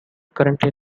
currently